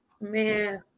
Man